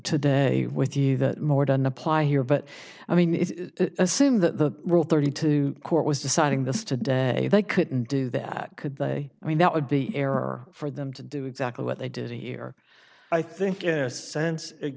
today with either more doesn't apply here but i mean it's assumed that the rule thirty two court was deciding this today they couldn't do that could they i mean that would be error for them to do exactly what they did here i think in a sense it